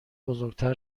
بزرگتر